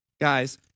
Guys